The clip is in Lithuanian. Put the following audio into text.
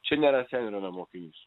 čia ne raseinių rajono mokinys